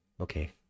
okay